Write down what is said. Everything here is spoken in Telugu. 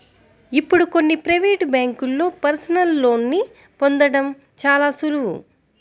ఇప్పుడు కొన్ని ప్రవేటు బ్యేంకుల్లో పర్సనల్ లోన్ని పొందడం చాలా సులువు